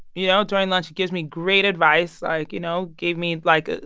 you know, during lunch he gives me great advice. like, you know, gave me, like, a